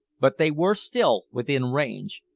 but they were still within range.